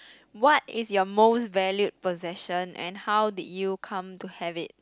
what is your most valued possession and how did you come to have it